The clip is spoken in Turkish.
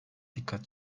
dikkat